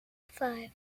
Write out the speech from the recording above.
five